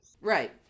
Right